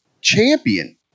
champion